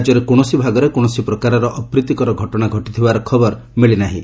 ରାଜ୍ୟରେ କୌଣସି ଭାଗରେ କୌଣସି ପ୍ରକାରର ଅପ୍ରୀତିକର ଘଟଣା ଘଟିଥିବାର ଖବର ମିଳିନାହିଁ